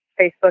Facebook